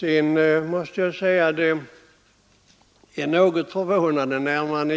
Sedan måste jag säga att det är något förvånande när man